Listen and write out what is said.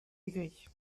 aigris